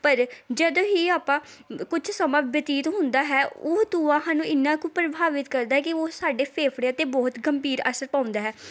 ਪਰ ਜਦੋਂ ਹੀ ਆਪਾਂ ਕੁਝ ਸਮਾਂ ਬਤੀਤ ਹੁੰਦਾ ਹੈ ਉਹ ਧੂੰਆਂ ਸਾਨੂੰ ਇੰਨਾਂ ਕੁ ਪ੍ਰਭਾਵਿਤ ਕਰਦਾ ਕਿ ਉਹ ਸਾਡੇ ਫੇਫੜਿਆਂ 'ਤੇ ਬਹੁਤ ਗੰਭੀਰ ਅਸਰ ਪਾਉਂਦਾ ਹੈ